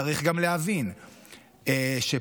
צריך גם להבין שפועלים,